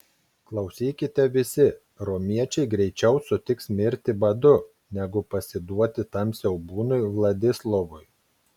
klausykite visi romiečiai greičiau sutiks mirti badu negu pasiduoti tam siaubūnui vladislovui